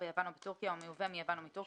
ביוון או בטורקיה או המיובא מיוון או מטורקיה,